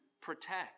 protect